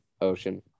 ocean